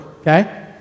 okay